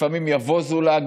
לפעמים יבוזו לה,